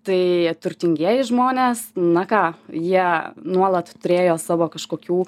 tai turtingieji žmonės na ką jie nuolat turėjo savo kažkokių